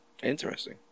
Interesting